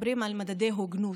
מדברים על מדדי הוגנות,